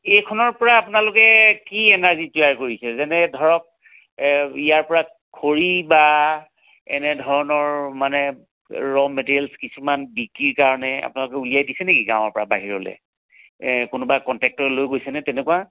এইখনৰপৰা আপোনালোকে কি এনাৰ্জীৰ তৈয়াৰ কৰিছে যেনে ধৰক ইয়াৰপৰা খৰি বা এনেধৰণৰ মানে ৰ' মেটেৰিয়েলছ কিছুমান বিক্ৰীৰ কাৰণে আপোনালোকে উলিয়াই দিছে নেকি গাঁৱৰপৰা বাহিৰলৈ কোনোবা কনটেক্টৰে লৈ গৈছে নে তেনেকুৱা